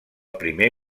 primer